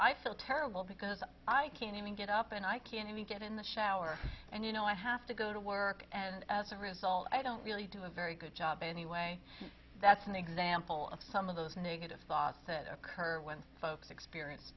i feel terrible because i can't even get up and i can't even get in the shower and you know i have to go to work and as a result i don't really do a very good job anyway that's an example of some of those negative thoughts that occur when folks experience